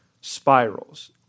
spirals